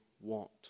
want